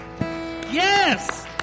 Yes